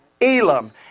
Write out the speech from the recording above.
Elam